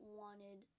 wanted